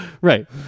right